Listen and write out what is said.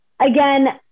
Again